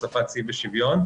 הוספת סעיף השוויון.